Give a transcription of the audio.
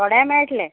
थोडें मेळटलें